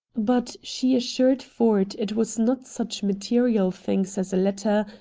but she assured ford it was not such material things as a letter,